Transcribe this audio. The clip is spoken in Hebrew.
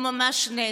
הוא ממש נס.